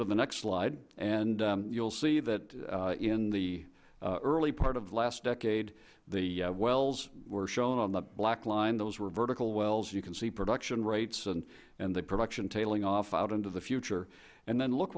to the next slide and you'll see that in the early part of the last decade the wells were shown on the black line those were vertical wells you can see production rates and the production tailing off out into the future and then look